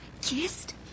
Kissed